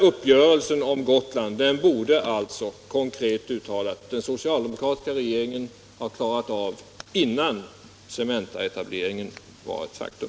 Uppgörelsen om Gotland borde alltså, konkret uttalat, den socialdemokratiska regeringen ha klarat av innan Cementaetableringen var ett faktum.